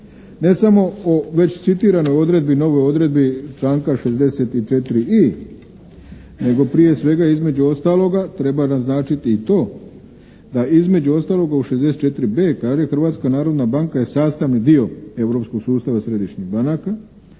ne samo o već citiranoj odredbi, novoj odredbi članka 64.i nego prije svega između ostaloga treba naznačiti i to da između toga u 64.b kaže: “Hrvatska narodna banka je sastavni dio europskog sustava središnjih banaka